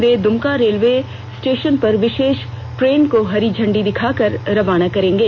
वे Dumka railway station पर विशेष train को हरी झंडी दिखाकर रवाना करेंगे